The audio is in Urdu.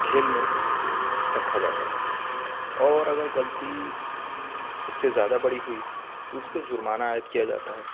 کھیل میں رکھا جاتا ہے اور اگر غلطی اس سے زیادہ بڑی ہوئی تو اس پہ جرمانہ عائد کیا جاتا ہے